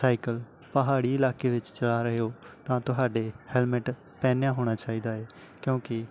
cycle ਪਹਾੜੀ ਇਲਾਕੇ ਵਿੱਚ ਚਲਾ ਰਹੇ ਹੋ ਤਾਂ ਤੁਹਾਡੇ ਹੈਲਮਟ ਪਹਿਨਿਆ ਹੋਣਾ ਚਾਹੀਦਾ ਹੈ ਕਿਉਂਕਿ